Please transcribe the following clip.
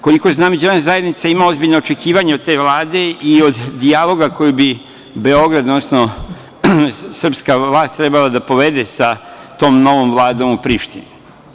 Koliko znam, međunarodna zajednica ima ozbiljna očekivanja od te vlade i od dijaloga koji bi Beograd, odnosno srpska vlast trebala da povede sa tom novom vladom u Prištini.